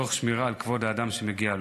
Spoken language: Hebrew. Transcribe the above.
תוך שמירה על כבוד האדם שמגיע להם.